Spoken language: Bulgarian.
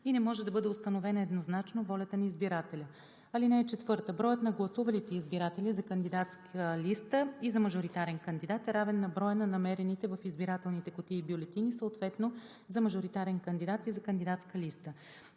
и не може да бъде установена еднозначно волята на избирателя. (4) Броят на гласувалите избиратели за кандидатска листа и за мажоритарен кандидат е равен на броя на намерените в избирателните кутии бюлетини съответно за мажоритарен кандидат и за кандидатска листа.